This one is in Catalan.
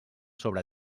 sobre